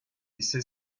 ise